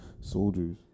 soldiers